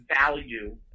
value